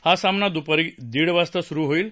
हासामना दुपारी दीड वाजता सुरू होईल